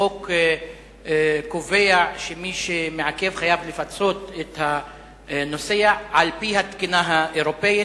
החוק קובע שמי שמעכב חייב לפצות את הנוסע על-פי התקינה האירופית,